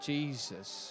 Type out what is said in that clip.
Jesus